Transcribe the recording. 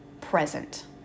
present